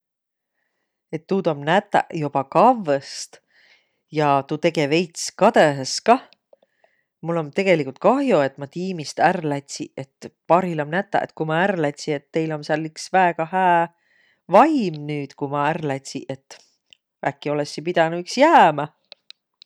Et tuud om nätäq joba kavvõst ja tuu tege veits kadõhõs kah. Mul om tegeligult kah'o, et ma tiimist ärq lätsi. Et parhilla om nätäq, et ku ma ärq lätsi, et teil om sääl iks väega hää vaim nüüd, ku ma ärq lätsi. Et äkki olõssi pidänüq iks jäämä?